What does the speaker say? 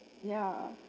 yeah